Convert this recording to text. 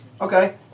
Okay